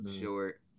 short